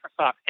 Microsoft